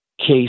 case